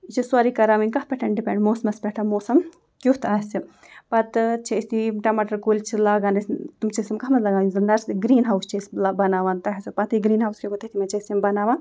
یہِ چھےٚ سورٕے کران وٕنۍ کَتھ پٮ۪ٹھ ڈِپٮ۪نٛڈ موسمَس پٮ۪ٹھ موسَم کیُتھ آسہِ پَتہٕ چھِ أسۍ تِم ٹماٹَر کُلۍ چھِ لاگان أسۍ تِم چھِ أسۍ کَتھ منٛز لاگان گرٛیٖن ہاوُس چھِ أسۍ لہ بناوان تۄہہِ آسیو پَتہٕے گرٛیٖن ہاوُس کیٛاہ گوٚو تٔتھۍ منٛز چھِ أسۍ یِم بناوان